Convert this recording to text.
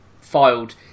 filed